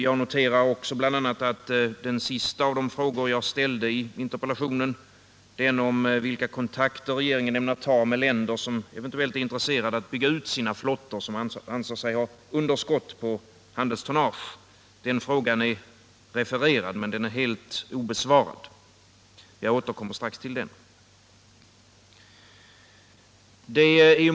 Jag noterar också att den sista av de frågor jag ställde i interpellationen — den om vilka kontakter regeringen ämnar ta med länder som eventuellt är intresserade av att bygga ut sina flottor, som anser sig ha underskott på handelstonnage -— är refererad men helt obesvarad. Jag återkommer strax till den.